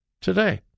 today